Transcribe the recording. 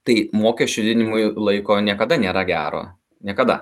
tai mokesčių didinimui laiko niekada nėra gero niekada